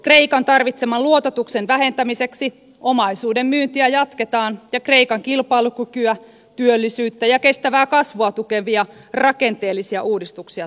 kreikan tarvitseman luototuksen vähentämiseksi omaisuuden myyntiä jatketaan ja kreikan kilpailukykyä työllisyyttä ja kestävää kasvua tukevia rakenteellisia uudistuksia toteutetaan